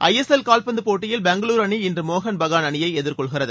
ISL கால்பந்துபோட்டியில் பெங்களூருஅணி இன்றுமோகள் பகான் அணியைஎதிர்கொள்கிறது